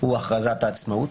הוא הכרזת העצמאות,